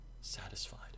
satisfied